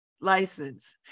license